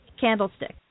candlestick